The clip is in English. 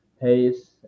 pace